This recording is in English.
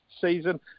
season